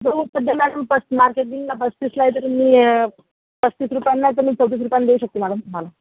गहू सध्या मॅडम पस मार्केटला पस्तीसला आहे तरी मी पस्तीस रुपयाने नाहीतर मी चौतीस रुपयाने देऊ शकते मॅडम तुम्हाला